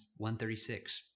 136